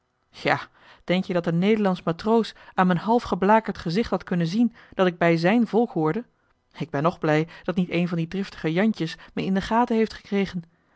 ja denk-je dat een nederlandsch matroos aan m'n half geblakerd gezicht had kunnen zien dat ik bij zijn volk hoorde ik ben nog blij dat niet een van die driftige jantjes me in de gaten heeft gekregen